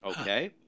Okay